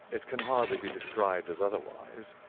it can hardly be described as otherwise,